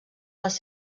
les